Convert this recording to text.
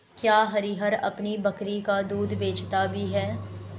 क्या हरिहर अपनी बकरी का दूध बेचता भी है?